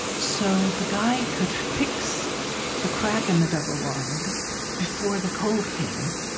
so the guy could fix the crack in the double-wide before the cold came.